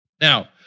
Now